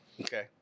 Okay